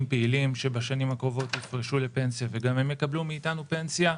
פעילים שבשנים הקרובות יפרשו לפנסיה וגם הם קבלו מאתנו פנסיה.